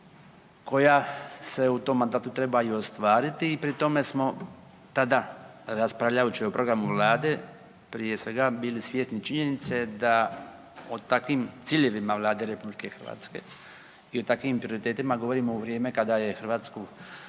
koja se u tom mandatu treba i ostvariti i pri tome smo tada, raspravljajući o programu Vlade, prije svega, bili svjesni činjenice da o takvim ciljevima Vlade RH i o takvim prioritetima govorimo u vrijeme kada je Hrvatsku,